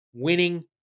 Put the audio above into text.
Winning